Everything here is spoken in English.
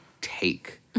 take